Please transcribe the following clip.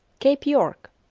cape york,